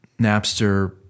Napster